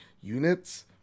units